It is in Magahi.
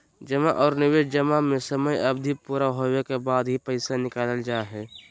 जमा आर निवेश जमा में समय अवधि पूरा होबे के बाद ही पैसा निकालल जा हय